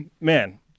man